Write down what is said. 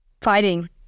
fighting